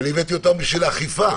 אני הבאתי אותם בשביל האכיפה.